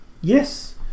yes